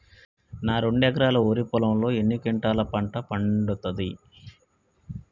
నా రెండు ఎకరాల వరి పొలంలో ఎన్ని క్వింటాలా పంట పండుతది?